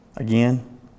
Again